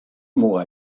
muga